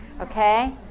okay